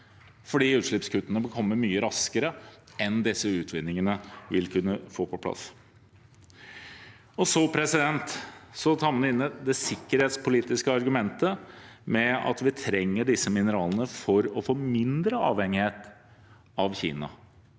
fordi utslippskuttene må komme mye raskere enn disse utvinningene vil kunne få på plass. Så bringer man inn det sikkerhetspolitiske argumentet om at vi trenger disse mineralene for å få mindre avhengighet av Kina.